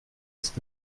ist